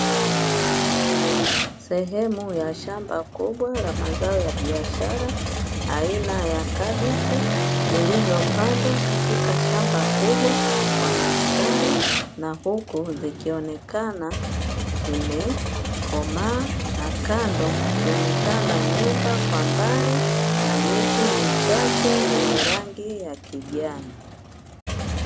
Sehemu ya shamba kubwa la mazao ya biashara aina ya kabichi, zilizopandwa katika shamba kubwa kwa mistari na huku zikionekana zimekomaa na kando kukionekana nyumba kwa mbali na miti michache yenye rangi ya kijani.